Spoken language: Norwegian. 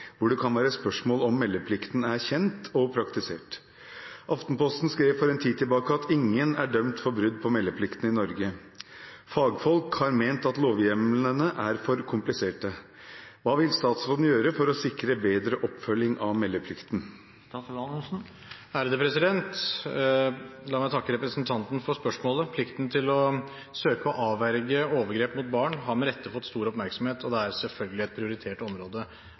hvor det kan være spørsmål om meldeplikten er kjent og praktisert. Aftenposten skrev for en tid tilbake at ingen er dømt for brudd på meldeplikten i Norge. Fagfolk har ment at lovhjemlene er for kompliserte. Hva vil statsråden gjøre for å sikre bedre oppfølging av meldeplikten?» La meg takke representanten for spørsmålet. Plikten til å søke å avverge overgrep mot barn har med rette fått stor oppmerksomhet, og det er selvfølgelig et prioritert område